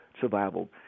survival